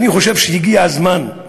אני חושב שהגיע הזמן,